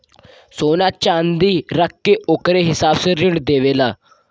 सोना च्नादी रख के ओकरे हिसाब से ऋण देवेला